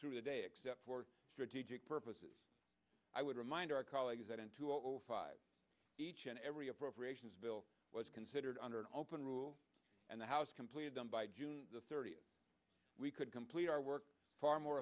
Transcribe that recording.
through the day except for strategic purposes i would remind our colleagues that in two zero zero five each and every appropriations bill was considered under an open rule and the house completed them by june thirtieth we could complete our work far more